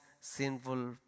sinful